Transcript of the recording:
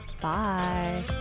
Bye